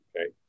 Okay